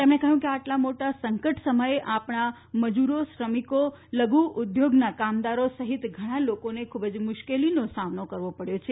તેમણે કહયું કે આટલા મોટા સંકટ સમયે આપણા મજુરો શ્રમિકો લઘુ ઉદ્યોગોના કામદારો સહિત ઘણા લોકોને ખુબ જ મુશ્કેલીનો સામનો કરવો પડથો છે